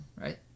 right